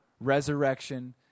resurrection